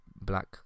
black